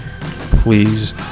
Please